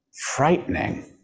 frightening